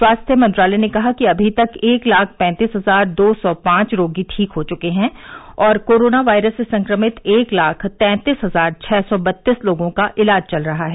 स्वास्थ्य मंत्रालय ने कहा कि अभी तक एक लाख पैतीस हजार दो सौ पांच रोगी ठीक हो चुके हैं और कोरोना वायरस से संक्रमित एक ताख तैंतीस हजार छः सौ बत्तीस लोगों का इलाज चल रहा है